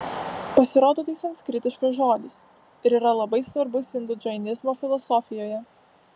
pasirodo tai sanskritiškas žodis ir yra labai svarbus indų džainizmo filosofijoje